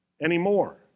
anymore